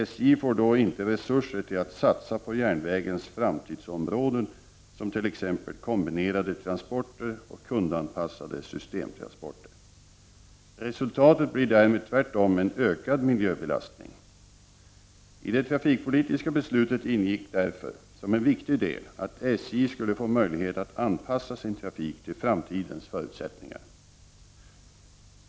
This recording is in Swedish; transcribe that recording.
SJ får då inte resurser till att satsa på järnvägens framtidsområden som t.ex. kombinerade transporter och kundanpassade systemtransporter. Resultatet blir därmed tvärtom en ökad miljöbelastning. I det trafikpolitiska beslutet ingick därför som en viktig del att SJ skulle få möjlighet att anpassa sin trafik till framtidens förutsättningar.